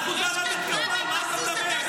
אנחנו --- מה אתה מדבר?